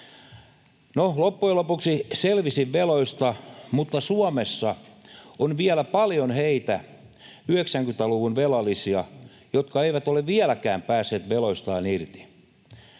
No, loppujen lopuksi selvisin veloista, mutta Suomessa on vielä paljon heitä 90-luvun velallisia, jotka eivät ole vieläkään päässeet veloistaan irti.